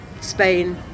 Spain